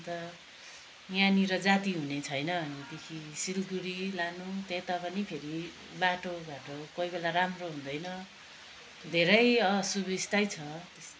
अन्त यहाँनिर जाति हुने छैन भनेदेखि सिलगढी लानु त्यता पनि फेरि बाटो घाटो कोही बेला राम्रो हुँदैन धेरै असुबिस्तै छ